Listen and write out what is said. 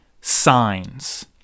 signs